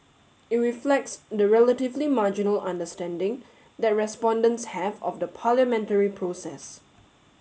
it reflects the relatively marginal understanding that respondents have of the parliamentary process